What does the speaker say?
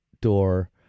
door